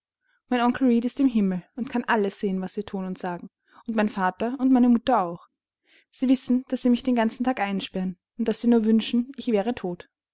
mein onkel reed ist im himmel und kann alles sehen was sie thun und sagen und mein vater und meine mutter auch sie wissen daß sie mich dengan zen tag einsperren und daß sie nur wünschen ich wäre tot